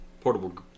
portable